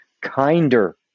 kinder